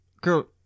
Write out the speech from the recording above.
girl